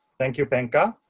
thank you penka.